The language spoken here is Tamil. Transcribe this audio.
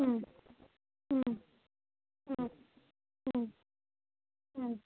ம் ம் ம் ம் ம்